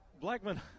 Blackman